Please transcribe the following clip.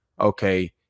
okay